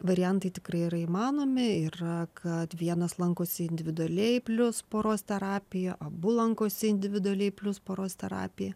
variantai tikrai yra įmanomi yra kad vienas lankosi individualiai plius poros terapija abu lankosi individualiai plius poros terapija